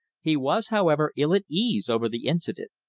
he was, however, ill at ease over the incident.